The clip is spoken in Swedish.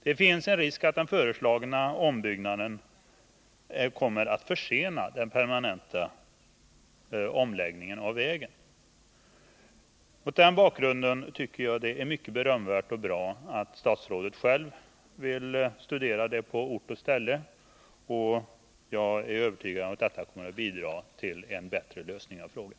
Det är risk för att den föreslagna ombyggnaden kommer att försena den permanenta omläggningen av vägen. Mot den bakgrunden tycker jag det är mycket berömvärt och bra att statsrådet själv vill studera förhållandena på ort och ställe. Jag är övertygad om att detta kommer att bidra till en bättre lösning av frågan.